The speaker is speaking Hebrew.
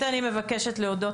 אני רוצה לסכם את